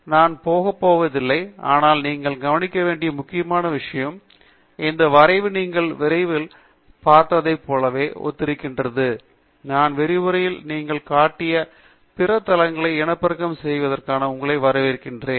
நான் போக போவதில்லை ஆனால் நீங்கள் கவனிக்க வேண்டிய முக்கியமான விஷயம் இந்த வரைவு நீங்கள் விரிவுரையில் பார்த்ததைப் போலவே ஒத்திருக்கிறது நான் விரிவுரையில் நீங்கள் காட்டிய பிற தளங்களை இனப்பெருக்கம் செய்வதற்கு உங்களை வரவேற்கிறேன்